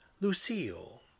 Lucille